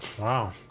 Wow